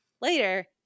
Later